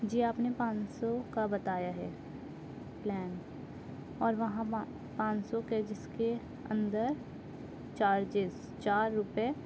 جی آپ نے پانچ سو کا بتایا ہے پلان اور وہاں پانچ سو کے جس کے اندر چارجز چار روپے